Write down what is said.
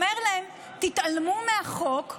אומר להם: תתעלמו מהחוק,